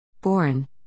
Born